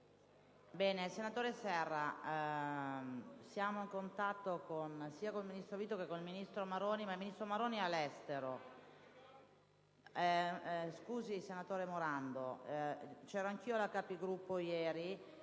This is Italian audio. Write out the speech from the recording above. Senatore Serra, siamo in contatto sia con il ministro Vito che con il ministro Maroni, il quale però in questo momento è all'estero.